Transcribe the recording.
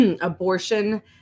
abortion